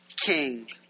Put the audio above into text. king